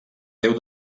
déu